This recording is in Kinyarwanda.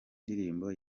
ndirimbo